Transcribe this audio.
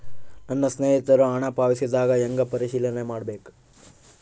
ನನ್ನ ಸ್ನೇಹಿತರು ಹಣ ಪಾವತಿಸಿದಾಗ ಹೆಂಗ ಪರಿಶೇಲನೆ ಮಾಡಬೇಕು?